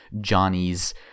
Johnny's